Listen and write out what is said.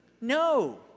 No